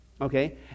okay